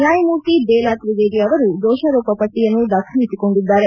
ನ್ಲಾಯಮೂರ್ತಿ ಬೇಲಾತ್ರಿವೇದಿ ಅವರು ದೊಷಾರೋಪ ಪಟ್ಲಯನ್ನು ದಾಖಲಿಸಿಕೊಂಡಿದ್ದಾರೆ